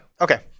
Okay